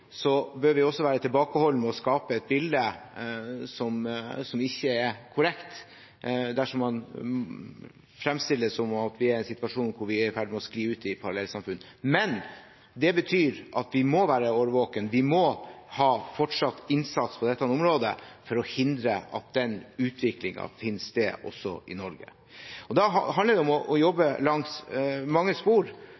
bør vi også være tilbakeholdne med å skape et bilde som ikke er korrekt, dersom man framstiller det som om vi er i en situasjon hvor vi er i ferd med å skli ut i parallellsamfunn. Men det betyr at vi må være årvåkne – vi må fortsatt ha innsats på dette området for å hindre at den utviklingen finner sted også i Norge. Da handler det om å jobbe